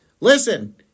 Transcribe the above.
Listen